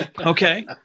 Okay